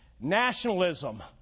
nationalism